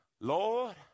Lord